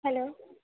hello